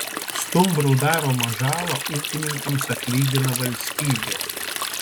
stumbrų daromą žalą ūkininkams atlygina valstybė